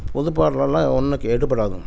புதுப்பாடலெல்லாம் ஒன்றுக்கும் எடுப்படாதுங்க